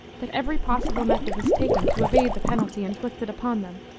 that every possible method was taken to evade the penalty inflicted upon them,